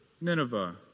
Nineveh